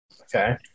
Okay